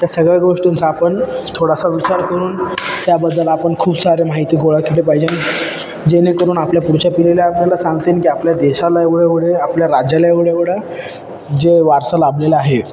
त्या सगळ्या गोष्टींचा आपण थोडासा विचार करून त्याबद्दल आपण खूप सारे माहिती गोळा केली पाहिजे जेणेकरून आपल्या पुढच्या पिढीला आपल्याला सांगता येईन की आपल्या देशाला एवढं एवढे आपल्या राज्याला एवढं एवढं जे वारसा लाभलेला आहे